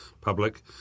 public